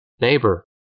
neighbor